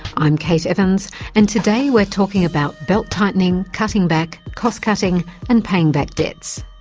i'm kate evans and today we're talking about belt-tightening, cutting back, cost-cutting and paying back debts.